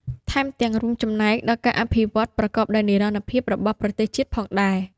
ថែមទាំងរួមចំណែកដល់ការអភិវឌ្ឍប្រកបដោយនិរន្តរភាពរបស់ប្រទេសជាតិទៀតផង។